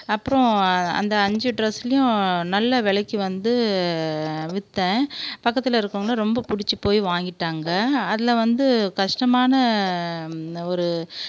அப்புறம் அந்த அஞ்சு ட்ரெஸ்லையும் நல்ல விலைக்கு வந்து விற்றேன் பக்கத்தில் இருக்கிறவங்க ரொம்ப புடிச்சு போய் வாங்கிட்டாங்க அதில் வந்து கஷ்டமான ஒரு